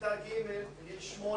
כיתה ג' ד', גיל 8,